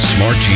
Smart